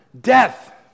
death